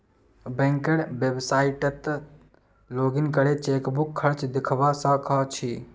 बैंकेर website login करे chequebook खर्च दखवा स ख छि